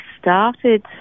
started